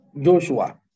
Joshua